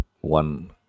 one